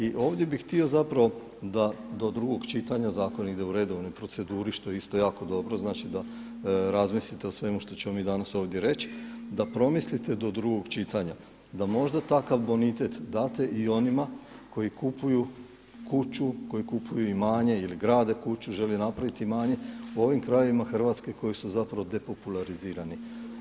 I ovdje bih htio zapravo da do drugog čitanja zakon ide u redovnoj proceduri što je isto jako dobro, znači da razmislite o svemu što ćemo mi ovdje danas reći, da promislite do drugog čitanja da možda takav bonitet date i onima koji kupuju kuću, koji kupuju imanje ili grade kuću, želi napravit imanje u ovim krajevima Hrvatske koji su zapravo depopularizirani.